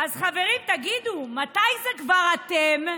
אז חברים, תגידו, מתי זה כבר אתם?